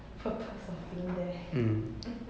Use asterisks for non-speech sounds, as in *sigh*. oh got something there *laughs*